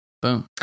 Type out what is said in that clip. Boom